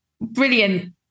brilliant